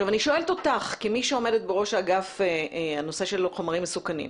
אני שואלת אותך כמו שעומדת בראש אגף חומרים מסוכנים,